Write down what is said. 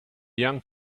young